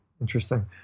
Interesting